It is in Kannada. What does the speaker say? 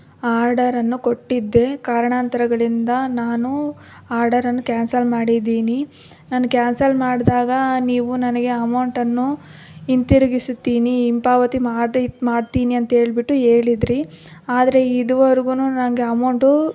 ಆರ್ಡರನ್ನು ಕೊಟ್ಟಿದ್ದೆ ಕಾರಣಾಂತರಗಳಿಂದ ನಾನು ಆರ್ಡರನ್ನು ಕ್ಯಾನ್ಸಲ್ ಮಾಡಿದ್ದೀನಿ ನಾನು ಕ್ಯಾನ್ಸಲ್ ಮಾಡಿದಾಗ ನೀವು ನನಗೆ ಅಮೌಂಟನ್ನು ಹಿಂತಿರುಗಿಸುತ್ತೀನಿ ಹಿಂಪಾವತಿ ಮಾಡಿ ಮಾಡ್ತೀನಿ ಅಂತ ಹೇಳ್ಬಿಟ್ಟು ಹೇಳಿದ್ರಿ ಆದರೆ ಇದುವರ್ಗೂ ನನಗೆ ಅಮೌಂಟು